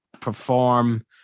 perform